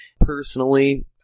Personally